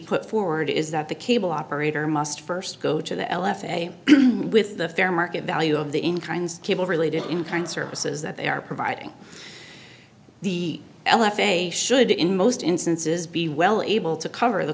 put forward is that the cable operator must st go to the l s a with the fair market value of the inclines cable related in kind services that they are providing the l f they should in most instances be well able to cover the